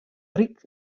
ryk